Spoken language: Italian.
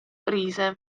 rise